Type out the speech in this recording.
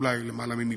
אולי יותר ממיליון,